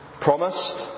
promised